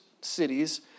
cities